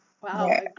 Wow